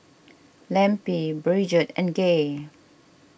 Lempi Bridgett and Gay